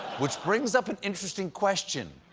which brings up an interesting question.